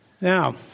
Now